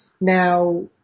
Now